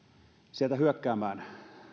sieltä hyökkäämään